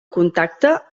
contacte